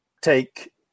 take